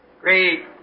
Great